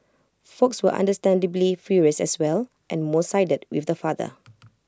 folks were understandably furious as well and most sided with the father